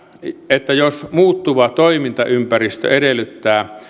että jos muuttuva toimintaympäristö edellyttää